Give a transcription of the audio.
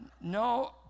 No